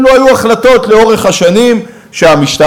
אלו היו החלטות לאורך השנים שהמשטרה